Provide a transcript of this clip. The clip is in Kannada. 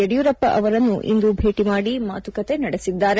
ಯಡಿಯೂರಪ್ಪ ಅವರನ್ನು ಇಂದು ಭೇಟಿ ಮಾದಿ ಮಾತುಕತೆ ನಡೆಸಿದ್ದಾರೆ